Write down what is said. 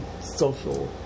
Social